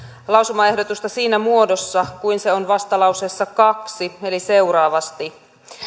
lausumaehdotusta siinä muodossa kuin se on vastalauseessa kaksi eli seuraavasti